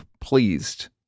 pleased